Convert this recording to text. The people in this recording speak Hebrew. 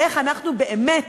איך אנחנו באמת